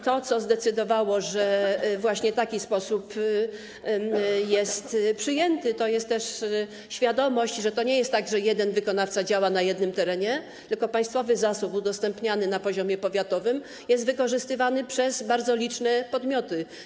To, co zdecydowało, że właśnie taki sposób jest przyjęty, to świadomość, że to nie jest tak, że jeden wykonawca działa na jednym terenie, tylko państwowy zasób udostępniany na poziomie powiatowym jest wykorzystywany przez bardzo liczne podmioty.